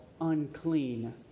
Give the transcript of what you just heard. unclean